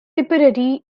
tipperary